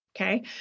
Okay